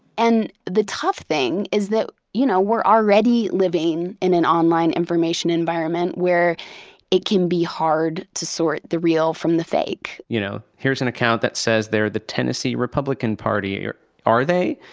and the tough thing is that, you know, we're already living in an online information environment where it can be hard to sort the real from the fake you know here's an account that says they're the tennessee republican are are they?